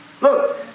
Look